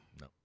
No